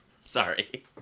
Sorry